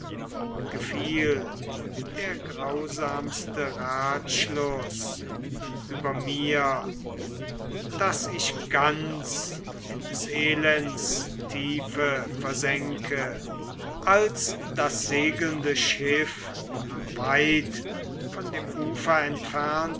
der grausamste ratschluß über mir daß ich ganz in des elends tiefe versänke als das segelnde schiff nun weit von dem ufer entfernt